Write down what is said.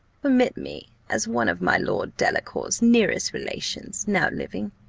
permit me, as one of my lord delacour's nearest relations now living,